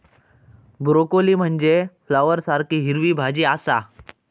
broccoli म्हनजे फ्लॉवरसारखी हिरवी भाजी आसा